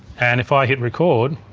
and if i hit record,